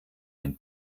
ein